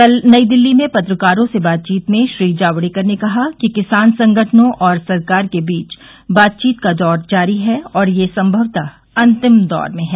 कल नई दिल्ली में पत्रकारों से बातचीत में श्री जावडेकर ने कहा कि किसान संगठनों और सरकार के बीच बातचीत का दौर जारी है और यह संमवत अंतिम दौर में है